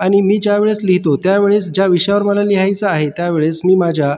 आणि मी ज्या वेळेस लिहितो त्या वेळेस ज्या विषयावर मला लिहायचं आहे त्या वेळेस मी माझ्या